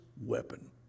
weapon